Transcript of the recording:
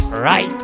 Right